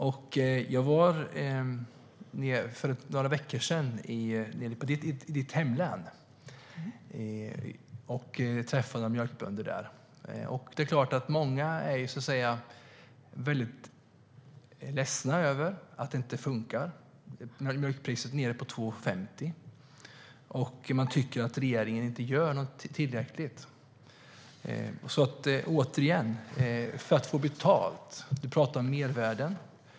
Jag var i ditt hemlän för några veckor sedan och träffade några mjölkbönder där. Många är ledsna över att det inte fungerar. Mjölkpriset är nere på 2,50 nu. Man tycker att regeringen inte gör tillräckligt. Du talar om mervärden.